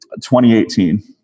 2018